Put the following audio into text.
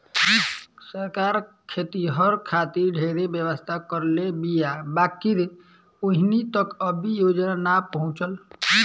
सरकार खेतिहर खातिर ढेरे व्यवस्था करले बीया बाकिर ओहनि तक अभी योजना ना पहुचल